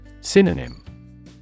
Synonym